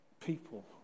People